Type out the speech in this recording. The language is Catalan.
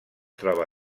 troba